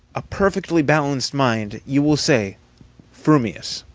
a perfectly balanced mind, you will say frumious.